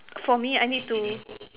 for me I need to